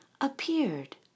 appeared